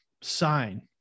sign